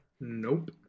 Nope